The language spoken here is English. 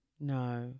no